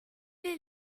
est